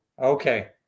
Okay